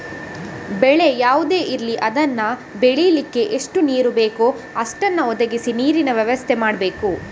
ಬೆಳೆ ಯಾವುದೇ ಇರ್ಲಿ ಅದನ್ನ ಬೆಳೀಲಿಕ್ಕೆ ಎಷ್ಟು ನೀರು ಬೇಕೋ ಅಷ್ಟನ್ನ ಒದಗಿಸಲು ನೀರಿನ ವ್ಯವಸ್ಥೆ ಮಾಡ್ಬೇಕು